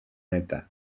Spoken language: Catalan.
neta